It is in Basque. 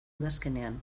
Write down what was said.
udazkenean